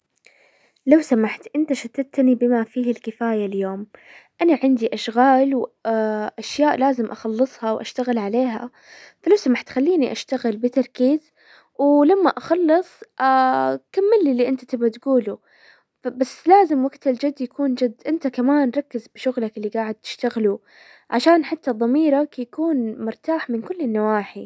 لو سمحت انت شتتني بما فيه الكفاية اليوم. انا عندي اشغال واشياء لازم اخلصها واشتغل عليها، فلو سمحت خليني اشتغل بتركيز، ولما اخلص اه كمل لي اللي انت تبغى تقوله، بس لازم وقت الجد يكون جدز انت كمان ركز بشغلك اللي قاعد تشتغله عشان حتى ضميرك يكون مرتاح من كل النواحي.